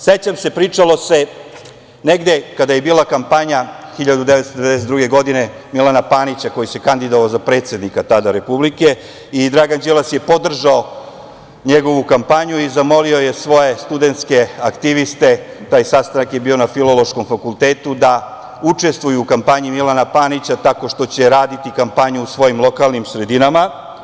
Sećam se, pričalo se negde kada je bila kampanja 1992. godine, Milana Panića koji se kandidovao za predsednika Republike i Dragan Đilas je podržao njegovu kampanju i zamolio je svoje studentske aktiviste, taj sastanak je bio na Filološkom fakultetu, da učestvuju u kampanji Milana Panića tako što će raditi kampanju u svojim lokalnim sredinama.